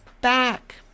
back